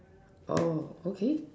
oh okay